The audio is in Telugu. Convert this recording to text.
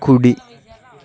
కుడి